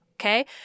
okay